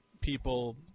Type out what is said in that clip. people